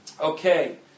Okay